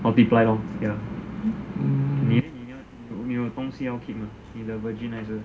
multiple lor ya 你 leh 你有什么东西要 keep 吗你的 virgin